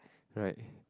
right